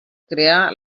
crear